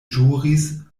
ĵuris